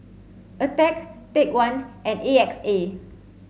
Attack Take One and A X A